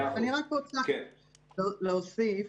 אני רוצה להוסיף